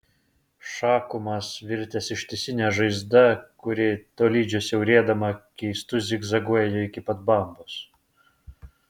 šakumas virtęs ištisine žaizda kuri tolydžio siaurėdama keistu zigzagu ėjo iki pat bambos